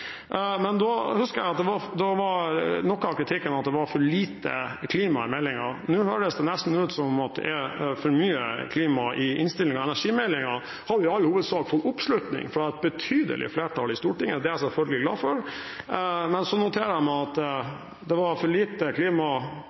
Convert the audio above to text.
men jeg husker at da var noe av kritikken at det var for lite klima i meldingen. Nå høres det nesten ut som om det er for mye klima i innstillingen. Energimeldingen har i all hovedsak fått oppslutning fra et betydelig flertall i Stortinget. Det er jeg selvfølgelig glad for, men jeg noterer meg at det var for lite klima